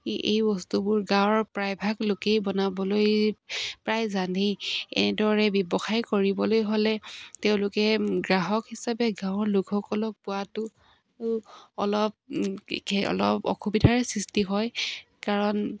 এই বস্তুবোৰ গাঁৱৰ প্ৰায়ভাগ লোকেই বনাবলৈ প্ৰায় জানেই এনেদৰে ব্যৱসায় কৰিবলৈ হ'লে তেওঁলোকে গ্ৰাহক হিচাপে গাঁৱৰ লোকসকলক পোৱাটো অলপ অলপ অসুবিধাৰে সৃষ্টি হয় কাৰণ